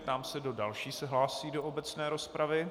Ptám se, kdo další se hlásí do obecné rozpravy.